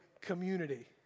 community